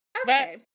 Okay